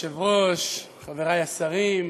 כבוד היושב-ראש, חברי השרים,